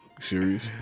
Serious